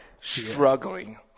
struggling